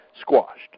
squashed